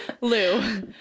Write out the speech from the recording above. Lou